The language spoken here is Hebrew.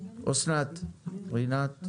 אסנת, רינת.